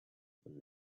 when